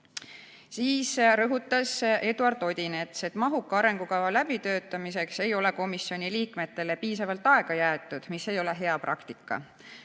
Siis rõhutas Eduard Odinets, et mahuka arengukava läbitöötamiseks ei ole komisjoni liikmetele piisavalt aega jäetud ja see ei ole hea praktika.